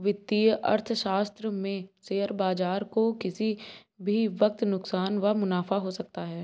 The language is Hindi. वित्तीय अर्थशास्त्र में शेयर बाजार को किसी भी वक्त नुकसान व मुनाफ़ा हो सकता है